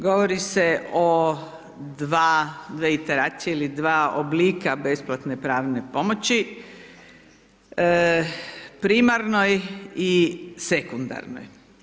Govori se o dva, dvije interakcije ili dva oblika besplatne pravne pomoći, primarnoj i sekundarnoj.